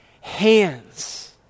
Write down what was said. hands